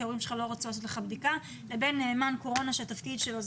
ההורים שלך לא רצו לעשות לך בדיקה לבין נאמן קורונה שזה התפקיד שלו.